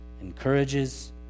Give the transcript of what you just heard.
encourages